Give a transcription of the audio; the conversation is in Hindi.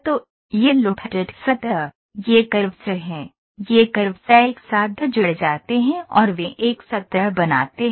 तो यह लुफ्टेड सतह ये कर्व्स हैं ये कर्व्स एक साथ जुड़ जाते हैं और वे एक सतह बनाते हैं